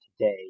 today